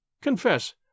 Confess